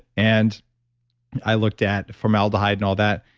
and i looked at from aldehyde and all that,